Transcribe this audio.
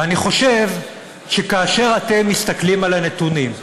ואני חושב שכאשר אתם מסתכלים על הנתונים,